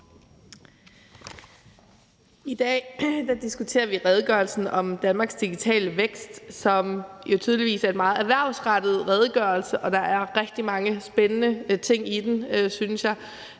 I dag diskuterer vi redegørelsen om Danmarks digitale vækst, som jo tydeligvis er en meget erhvervsrettet redegørelse, og der er rigtig mange spændende ting i den, synes jeg,